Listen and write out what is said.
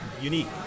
unique